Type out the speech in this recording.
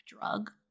drug